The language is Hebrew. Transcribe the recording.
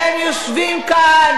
ואתם יושבים כאן,